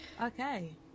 okay